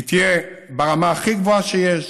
היא תהיה ברמה הכי גבוהה שיש,